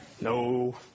No